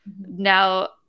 now